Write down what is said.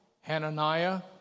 Hananiah